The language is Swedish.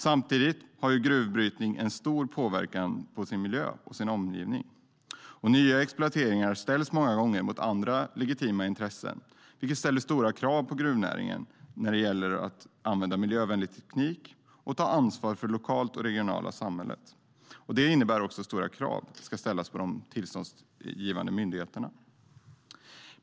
Samtidigt har gruvbrytning stor påverkan på miljö och omgivning, och nya exploateringar ställs många gånger mot andra legitima intressen. Det ställer stora krav på gruvnäringen när det gäller att använda miljövänlig teknik och ta ansvar för det lokala och regionala samhället. Det innebär också att stora krav ska ställas på de tillståndsgivande myndigheterna.